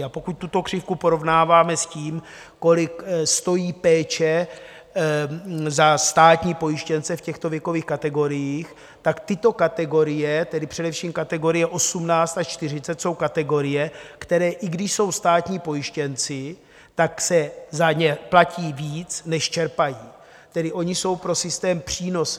A pokud tuto křivku porovnáváme s tím, kolik stojí péče za státní pojištěnce v těchto věkových kategoriích, tak tyto kategorie, tedy především kategorie 18 až 40, jsou kategorie, které, i když jsou státní pojištěnci, tak se za ně platí víc, než čerpají, tedy oni jsou pro systém přínosem.